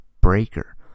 Breaker